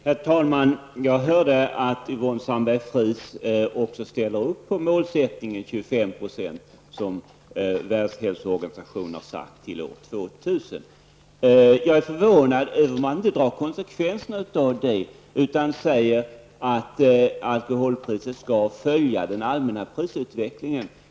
Herr talman! Jag hörde att Yvonne Sandberg-Fries också ställer upp på målet 25 % minskning, som Världshälsoorganisationen har satt upp till år 2000. Jag är förvånad över att man inte tar konsekvenserna av det, utan säger att alkoholpriset skall följa den allmänna prisutvecklingen.